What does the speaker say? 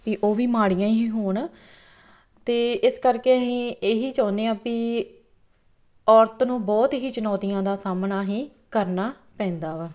ਵੀ ਉਹ ਵੀ ਮਾੜੀਆਂ ਹੀ ਹੋਣ ਅਤੇ ਇਸ ਕਰਕੇ ਅਸੀਂ ਇਹੀ ਚਾਹੁੰਦੇ ਹਾਂ ਵੀ ਔਰਤ ਨੂੰ ਬਹੁਤ ਹੀ ਚੁਣੌਤੀਆਂ ਦਾ ਸਾਹਮਣਾ ਹੀ ਕਰਨਾ ਪੈਂਦਾ ਵਾ